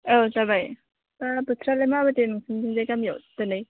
औ जाबाय दा बोथोरालाय माबादि नोंसिनिथिंजाय गामियाव दिनै